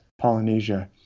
Polynesia